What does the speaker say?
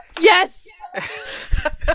Yes